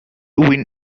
win